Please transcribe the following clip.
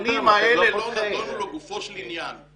העניינים האלה לא נדונו לגופו של עניין.